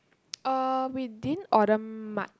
uh we didn't order much